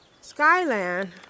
Skyland